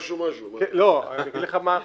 משהו משהו --- אגיד לך מה אחיד.